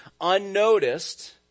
unnoticed